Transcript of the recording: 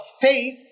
faith